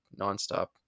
nonstop